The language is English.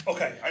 Okay